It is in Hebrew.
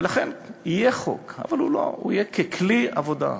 ולכן יהיה חוק, אבל הוא יהיה ככלי עבודה.